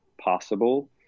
possible